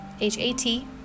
h-a-t